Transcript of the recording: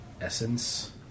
essence